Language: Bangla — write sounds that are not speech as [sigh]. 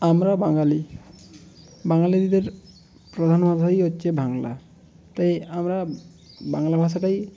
আমরা বাঙালি বাঙালিদের প্রধান [unintelligible] হচ্ছে বাংলা তাই আমরা বাংলা ভাষাটাই